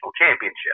championship